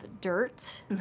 dirt